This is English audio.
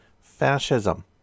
fascism